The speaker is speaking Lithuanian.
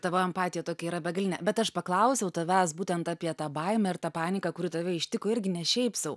tavo empatija tokia yra begalinė bet aš paklausiau tavęs būtent apie tą baimę ir tą paniką kuri tave ištiko irgi ne šiaip sau